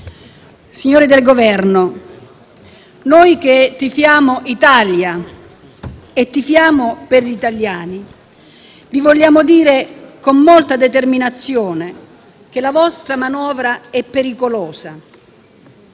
signori del Governo, noi che tifiamo Italia e tifiamo per gli italiani vi vogliamo dire con molta determinazione che la vostra manovra è pericolosa.